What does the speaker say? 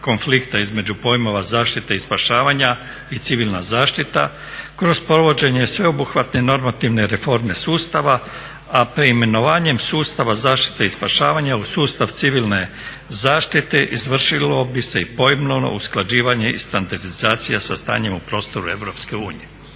konflikta između pojmova zaštite i spašavanja i civilna zaštita kroz provođenje sveobuhvatne normativne reforme sustava, a preimenovanjem sustava zaštite i spašavanja u sustav civilne zaštite izvršilo bi se i …/Govornik se ne razumije./… usklađivanje i standardizacija sa stanjem u prostoru EU.